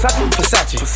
Versace